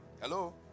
hello